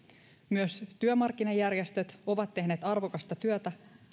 myös työmarkkinajärjestöt ovat tehneet arvokasta työtä